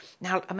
Now